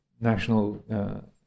national